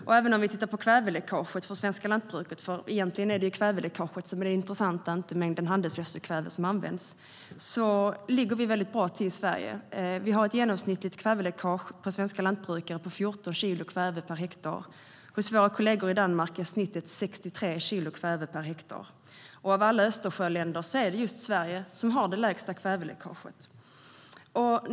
Egentligen är det ju kväveläckaget från det svenska lantbruket som är det intressanta, och inte mängden handelsgödselkväve som används. Även om vi tittar på kväveläckaget ligger vi väldigt bra till i Sverige. Vi har ett genomsnittligt kväveläckage från svenska lantbrukare på 14 kilo kväve per hektar. Hos våra kolleger i Danmark är snittet 63 kilo kväve per hektar. Av alla Östersjöländer är det just Sverige som har det lägsta kväveläckaget.